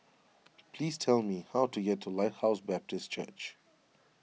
please tell me how to get to Lighthouse Baptist Church